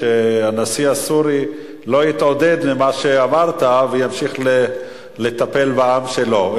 שהנשיא הסורי לא יתעודד ממה שאמרת וימשיך לטפל בעם שלו,